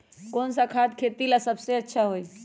कौन सा खाद खेती ला सबसे अच्छा होई?